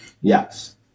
Yes